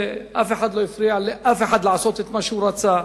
ואף אחד לא הפריע לאף אחד לעשות את מה שהוא רצה,